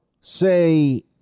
say